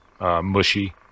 Mushy